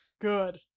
Good